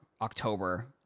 October